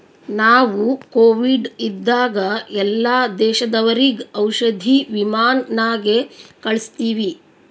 ನಾವು ಕೋವಿಡ್ ಇದ್ದಾಗ ಎಲ್ಲಾ ದೇಶದವರಿಗ್ ಔಷಧಿ ವಿಮಾನ್ ನಾಗೆ ಕಳ್ಸಿವಿ